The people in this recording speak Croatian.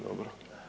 Dobro.